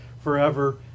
forever